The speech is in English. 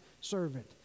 servant